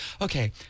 Okay